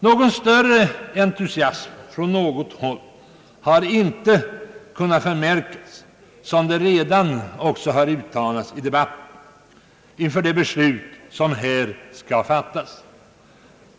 Någon större entusiasm från något håll har inte kunnat förmärkas — som redan också har uttalats i debatten inför det beslut som här skall fattas.